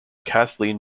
kathleen